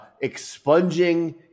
expunging